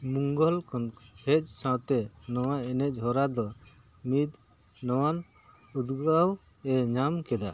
ᱢᱚᱝᱜᱚᱞ ᱠᱷᱚᱱ ᱦᱮᱡ ᱥᱟᱶᱛᱮ ᱱᱚᱣᱟ ᱮᱱᱮᱡ ᱦᱚᱨᱟ ᱫᱚ ᱢᱤᱫ ᱱᱚᱣᱟᱱ ᱩᱫᱽᱜᱟᱹᱣᱮ ᱧᱟᱢ ᱠᱮᱫᱟ